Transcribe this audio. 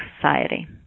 Society